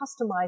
customize